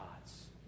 gods